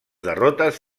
derrotes